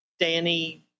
Danny